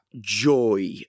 joy